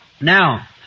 Now